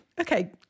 Okay